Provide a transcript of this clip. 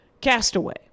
Castaway